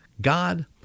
God